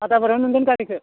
आदाबारियावनो मोनगोन गारिखौ